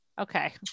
okay